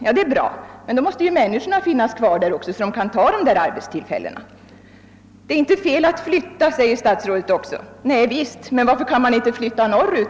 Ja, det är bra, men då måste ju människorna finnas kvar där så att de kan ta de arbetstillfällena. Statsrådet säger också att det är inte orätt att flytta. Javisst, men varför kan man inte också flytta norrut?